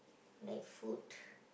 like food